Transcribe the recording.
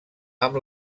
amb